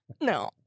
No